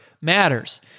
matters